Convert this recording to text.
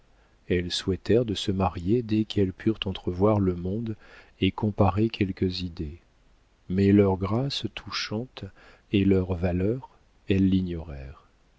elles souhaitèrent de se marier dès qu'elles purent entrevoir le monde et comparer quelques idées mais leurs grâces touchantes et leur valeur elles l'ignorèrent